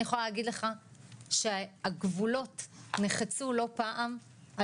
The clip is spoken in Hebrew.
אני יכולה להגיד לך שהגבולות נחצו לא פעם על